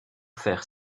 faire